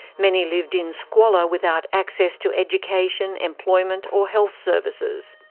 many lived in squalor without access to education, employment or health services.